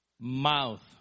mouth